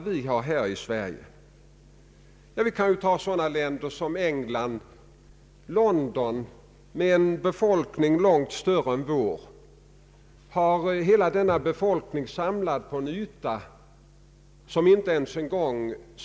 Nu sade herr Bohman för sin del att det var ett dilemma, och det förstår jag fuller väl.